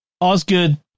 osgood